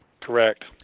Correct